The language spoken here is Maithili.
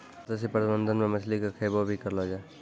मत्स्य प्रबंधन मे मछली के खैबो भी करलो जाय